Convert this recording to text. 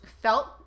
felt